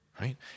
Right